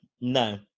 No